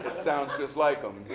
and sounds just like